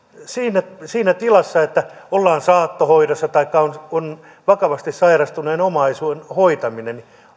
siinä siinä tilassa että ollaan saattohoidossa taikka on vakavasti sairastuneen omaisen hoitaminen